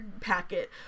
packet